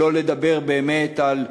שלא לדבר באמת על,